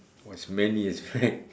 was many years correct